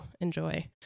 enjoy